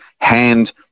hand